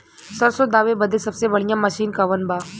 सरसों दावे बदे सबसे बढ़ियां मसिन कवन बा?